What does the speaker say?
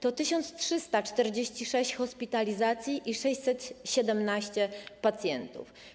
To 1346 hospitalizacji i 617 pacjentów.